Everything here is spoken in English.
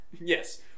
yes